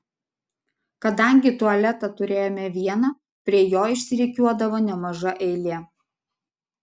kadangi tualetą turėjome vieną prie jo išsirikiuodavo nemaža eilė